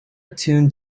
tune